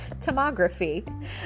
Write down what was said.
Tomography